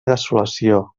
desolació